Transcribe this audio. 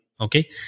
okay